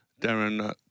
Darren